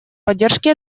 поддержки